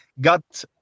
got